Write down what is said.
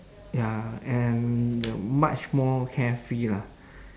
ya and much more carefree lah